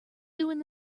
doing